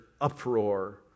uproar